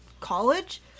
college